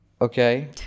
Okay